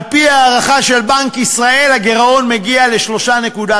על-פי ההערכה של בנק ישראל, הגירעון מגיע ל-3.3%.